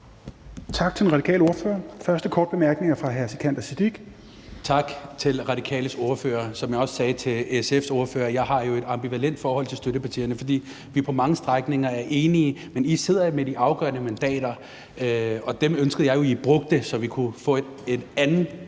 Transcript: Tak til den radikale ordfører. Den første korte bemærkning er fra hr. Sikandar Siddique. Kl. 14:01 Sikandar Siddique (FG): Tak til Radikales ordfører. Som jeg også sagde til SF's ordfører: Jeg har et ambivalent forhold til støttepartierne, for vi er på mange strækninger enige, men I sidder jo med de afgørende mandater, og dem ønskede jeg at I brugte, så vi kunne få en anden